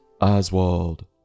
Oswald